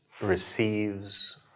receives